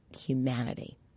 humanity